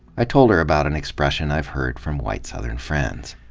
i told her about an expression i've heard from white southern friends.